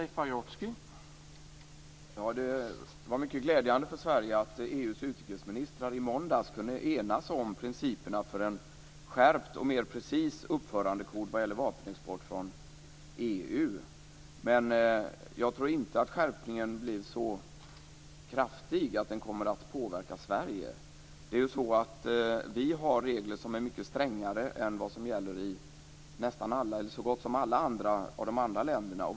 Herr talman! Det var mycket glädjande för Sverige att EU:s utrikesministrar i måndags kunde enas om principerna för en skärpt och mer precis uppförandekod vad gäller vapenexport från EU. Men jag tror inte att skärpningen blev så kraftig att den kommer att påverka Sverige. Vi har regler som är mycket strängare än de som gäller i så gott som alla de andra länderna.